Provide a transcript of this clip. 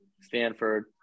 stanford